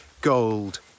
gold